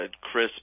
Chris